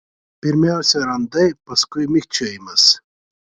pirmiausia randai paskui mikčiojimas